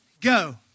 Go